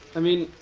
i mean,